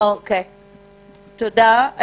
תודה.